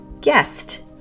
guest